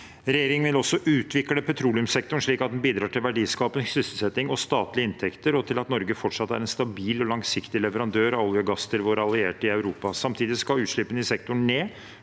Regjeringen vil også utvikle petroleumssektoren slik at den bidrar til verdiskaping, sysselsetting og statlige inntekter, og til at Norge fortsatt er en stabil og langsiktig leverandør av olje og gass til våre allierte i Europa. Samtidig skal utslippene i sektoren ned.